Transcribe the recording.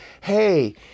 hey